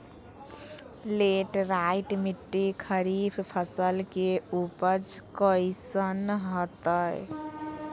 Laterite मिट्टी खरीफ फसल के उपज कईसन हतय?